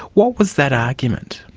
what was that argument?